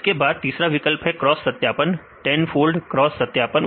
इसके बाद तीसरा विकल्प है क्रॉस सत्यापन 10 फोल्ड क्रॉस सत्यापन